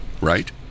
right